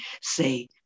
say